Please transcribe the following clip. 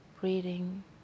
breathing